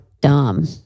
dumb